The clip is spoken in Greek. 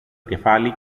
κεφάλι